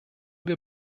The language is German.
wir